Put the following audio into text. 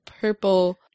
purple